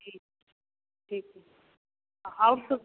जी ठीक आउर सब